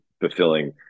fulfilling